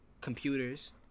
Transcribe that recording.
Computers